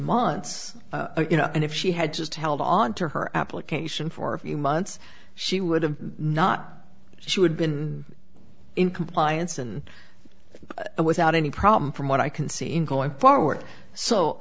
months you know and if she had just held on to her application for a few months she would have not she would been in compliance and without any problem from what i can see in going forward so